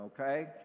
okay